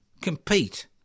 compete